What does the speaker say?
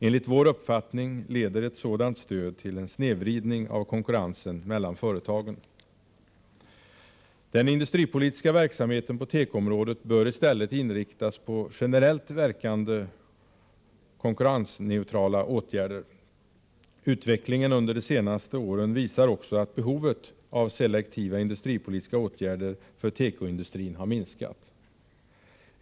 Enligt vår uppfattning leder ett sådant stöd till en snedvridning av konkurrensen mellan företagen. Den industripolitiska verksamheten på tekoområdet bör i stället inriktas på generellt verkande konkurrensneutrala åtgärder. Utvecklingen under de senaste åren visar också att behovet av selektiva industripolitiska åtgärder för tekoindustrin har minskat.